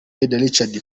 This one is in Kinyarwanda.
richard